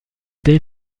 dès